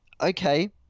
okay